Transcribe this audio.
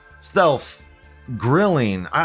self-grilling